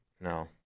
No